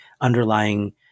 underlying